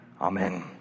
Amen